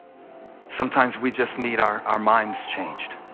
sometimes we just need our our minds changed.